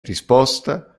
risposta